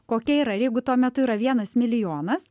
kokia yra ir jeigu tuo metu yra vienas milijonas